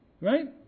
right